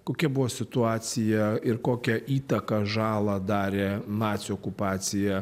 kokia buvo situacija ir kokią įtaką žalą darė nacių okupacija